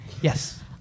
Yes